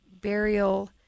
burial